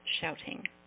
shouting